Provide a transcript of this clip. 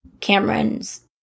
Cameron's